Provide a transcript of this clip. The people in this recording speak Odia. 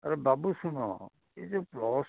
ଆରେ ବାବୁ ଶୁଣ ଏ ଯେଉଁ ପ୍ଲସ୍